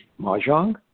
Mahjong